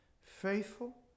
faithful